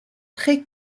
très